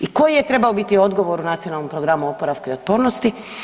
I koji je trebao biti odgovor u Nacionalom programu oporavka i otpornosti?